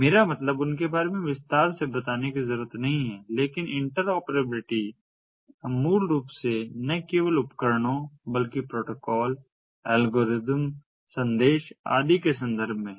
मेरा मतलब उनके बारे में विस्तार से बताने की जरूरत नहीं है लेकिन इंटरऑपरेबिलिटी हम मूल रूप से न केवल उपकरणों बल्कि प्रोटोकॉल एल्गोरिदम संदेश आदि के संदर्भ में है